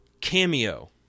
cameo